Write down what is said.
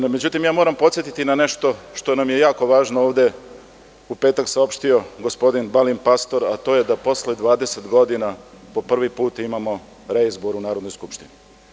Međutim, moram podsetiti na nešto što nam je jako važno ovde u petak saopštio gospodin Balint Pastor, a to je da posle 20 godina po prvi put imamo reizbor u Narodnoj skupštini.